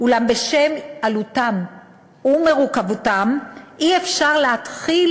אולם בשל עלותן ומורכבותן אי-אפשר להתחיל